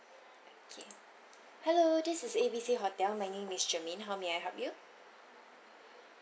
okay hello this is A B C hotel my name is germaine how may I help you